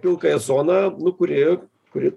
pilkąją zoną nu kuri kuri